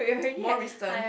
more recent